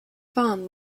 farm